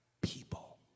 people